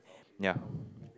ya